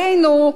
עלינו,